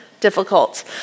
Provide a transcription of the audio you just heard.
difficult